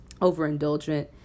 overindulgent